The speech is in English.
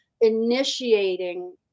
initiating